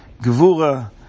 Gevura